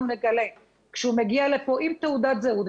נגלה כשהוא מגיע לפה עם תעודת זהות,